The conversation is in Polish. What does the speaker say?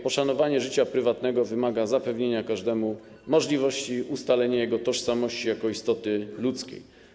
Poszanowanie życia prywatnego wymaga zapewnienia każdemu możliwości ustalenia jego tożsamości jako istoty ludzkiej.